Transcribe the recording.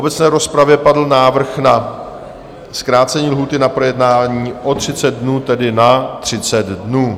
V obecné rozpravě padl návrh na zkrácení lhůty na projednání o 30 dnů, tedy na 30 dnů.